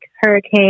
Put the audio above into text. hurricane